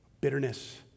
bitterness